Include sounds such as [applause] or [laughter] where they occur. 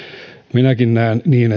minäkin näen niin [unintelligible]